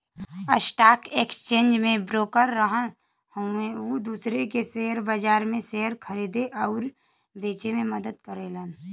stock exchange में broker रहन उ दूसरे के शेयर बाजार में शेयर खरीदे आउर बेचे में मदद करेलन